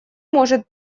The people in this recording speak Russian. может